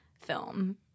film